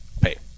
pay